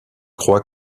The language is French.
crois